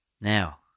Now